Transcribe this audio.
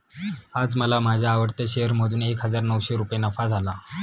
आज मला माझ्या आवडत्या शेअर मधून एक हजार नऊशे रुपये नफा झाला